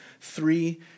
three